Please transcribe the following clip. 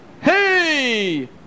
Hey